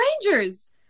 strangers